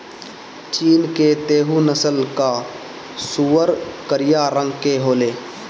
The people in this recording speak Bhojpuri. चीन के तैहु नस्ल कअ सूअर करिया रंग के होले